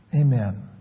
Amen